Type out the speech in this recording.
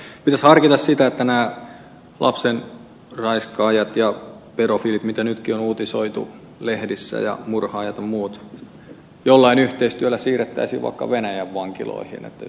pitäisi harkita sitä että nämä lapsen raiskaajat ja pedofiilit mitä nytkin on uutisoitu lehdissä ja murhaajat ja muut jollain yhteistyöllä siirrettäisiin vaikka venäjän vankiloihin jos se olisi mahdollista